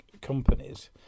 companies